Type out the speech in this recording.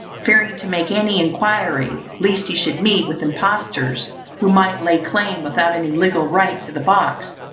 fearing to make any enquiry, lest he should meet with impostors who might lay claim, without any legal right, to the box,